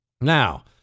Now